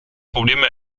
probleme